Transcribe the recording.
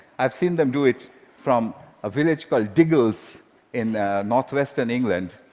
i've seen them do it from a village called diggles in northwestern england,